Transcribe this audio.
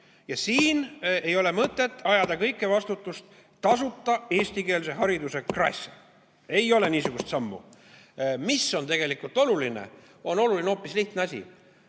Siin ei ole mõtet ajada kogu vastutust tasuta eestikeelse hariduse kraesse. Ei ole niisugust sammu. Mis on tegelikult oluline? Oluline on hoopis lihtne asi.